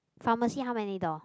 pharmacy how many door